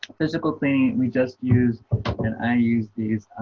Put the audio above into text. physical cleaning, we just use and i use these